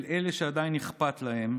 אל אלה שעדיין אכפת להם,